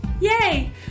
Yay